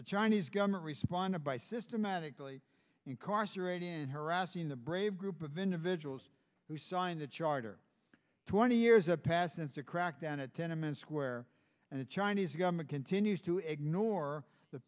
the chinese government responded by systematically incarcerated harassing the brave group of individuals who signed the charter twenty years a passenger crackdown a tenement square and the chinese government continues to ignore the